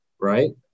Right